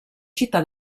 città